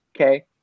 okay